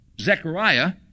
Zechariah